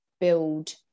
build